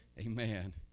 Amen